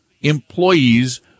employees